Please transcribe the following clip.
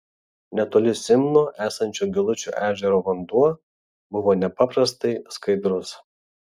netoli simno esančio giluičio ežero vanduo buvo nepaprastai skaidrus